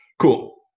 cool